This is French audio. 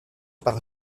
par